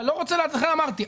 לכן אמרתי,